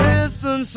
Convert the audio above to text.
Listen